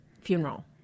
funeral